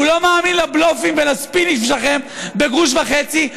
הוא לא מאמין לבלופים ולספינים שלכם בגרוש וחצי,